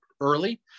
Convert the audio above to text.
early